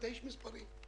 איש של מספרים.